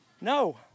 No